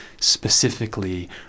specifically